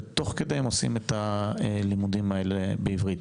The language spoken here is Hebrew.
ותוך כדי הם עושים את הלימודים האלה בעברית.